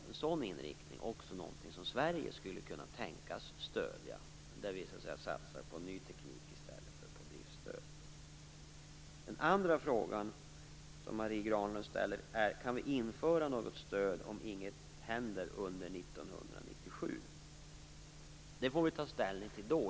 En sådan inriktning, där man satsar på ny teknik i stället för på driftstöd, skulle naturligtvis även Sverige kunna tänka sig att stödja. Marie Granlunds andra fråga löd: Kan vi införa något stöd om inget händer under 1997? Det får vi ta ställning till då.